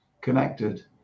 connected